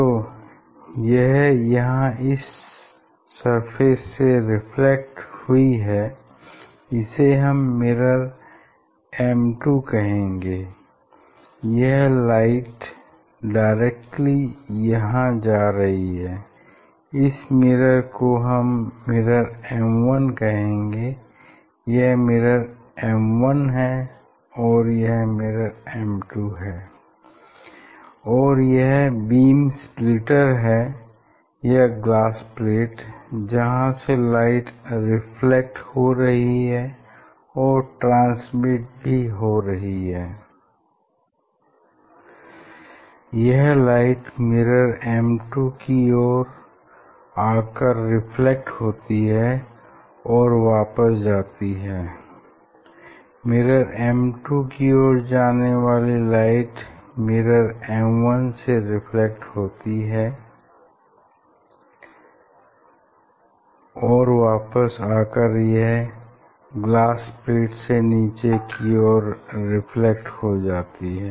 सो यह यहां इस सरफेस से रिफ्लेक्ट हुई है इसे हम मिरर M2 कहेंगे यह लाइट डायरेक्टली यहां जा रही है इस मिरर को हम मिरर m1 कहेंगे यह मिरर M1 है और यह मिरर M2 है और यह बीम स्प्लिटर है या ग्लास प्लेट जहां से लाइट रिफ्लेक्ट हो रही है और ट्रांसमिशन भी हो रहा है यह लाइट मिरर M2 की और आकर रिफ्लेक्ट होती है और वापस जाती है मिरर M1 की ओर जाने वाली लाइट मिरर M1 से रिफ्लेक्ट होती है और वापस आकर यह ग्लास प्लेट से नीचे की ओर रिफ्लेक्ट हो जाती है